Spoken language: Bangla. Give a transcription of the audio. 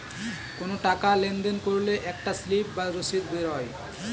কোনো টাকা লেনদেন করলে একটা স্লিপ বা রসিদ বেরোয়